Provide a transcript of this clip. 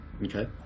Okay